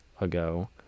ago